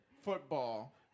football